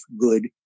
good